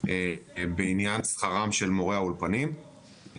בעניין שכרם של מורי האולפנים,